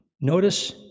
notice